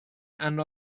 hanno